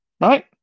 Right